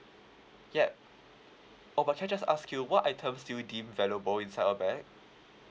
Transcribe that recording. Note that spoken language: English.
yup oh but can I just ask you what items do you deem valuable inside your bag